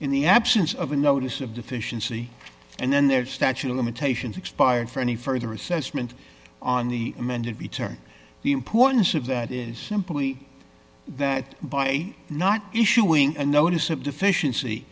in the absence of a notice of deficiency and then their statute of limitations expired for any further assessment on the amended return the importance of that is simply that by not issuing a notice of deficiency